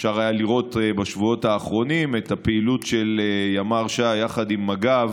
אפשר היה לראות בשבועות האחרונים את הפעילות של ימ"ר ש"י יחד עם מג"ב